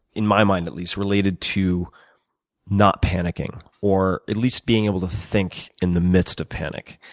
in my mind at least, related to not panicking or at least being able to think in the midst of panic.